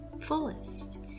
fullest